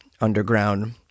underground